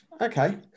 Okay